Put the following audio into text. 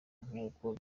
nk’uko